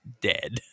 dead